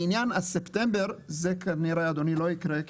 לעניין ספטמבר זה כנראה לא יקרה,